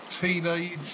teenage